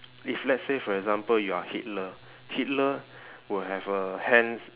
if let's say for example you are hitler hitler would have a hand s~ uh